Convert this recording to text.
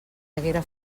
haguera